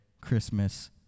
Christmas